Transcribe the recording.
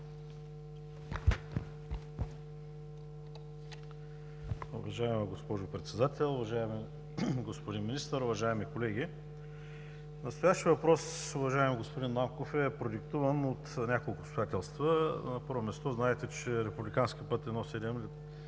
Уважаема госпожо Председател, уважаеми господин Министър, уважаеми колеги! Настоящият въпрос, уважаеми господин Нанков, е продиктуван от няколко обстоятелства. На първо място, знаете, че Републикански път I-7 в